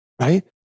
right